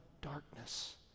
darkness